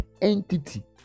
entity